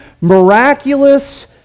miraculous